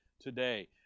today